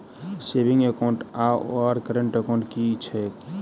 Saving account आओर current account की छैक?